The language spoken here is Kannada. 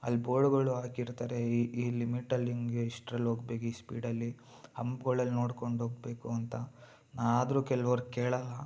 ಅಲ್ಲಿ ಬೋರ್ಡ್ಗಳು ಹಾಕಿರ್ತಾರೆ ಈ ಈ ಲಿಮಿಟಲ್ಲಿಹಿಂಗೆ ಇಷ್ಟ್ರಲ್ಲಿ ಹೋಗ್ಬೇಕು ಈ ಸ್ಪೀಡಲ್ಲಿ ಹಂಪ್ಗಳೆಲ್ಲ ನೋಡ್ಕೊಂಡು ಹೋಗ್ಬೇಕು ಅಂತ ಆದರು ಕೆಲ್ವರು ಕೇಳೋಲ್ಲ